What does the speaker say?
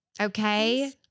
Okay